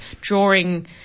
drawing